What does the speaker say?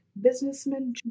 businessman